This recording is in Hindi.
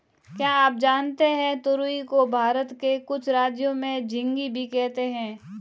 क्या आप जानते है तुरई को भारत के कुछ राज्यों में झिंग्गी भी कहते है?